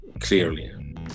clearly